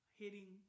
hitting